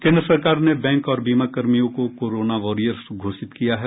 केन्द्र सरकार ने बैंक और बीमा कर्मियों को कोरोना वॉरियर्स घोषित किया है